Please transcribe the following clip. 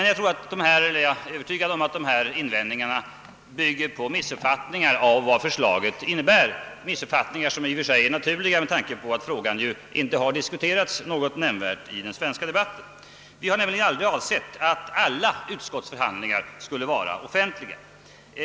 Jag är dock övertygad om att dessa invändningar bygger på missuppfattningar om vad förslaget innebär, missuppfattningar som i och för sig är naturliga med tanke på att frågan inte har diskuterats något nämnvärt i den svenska debatten. Vi har nämligen aldrig avsett att alla utskottsförhandlingar skulle vara offentliga.